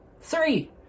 three